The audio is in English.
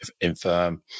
infirm